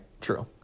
True